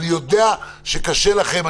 אני יודע שקשה לכם,